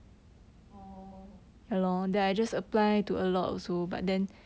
orh